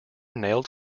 nailed